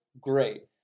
great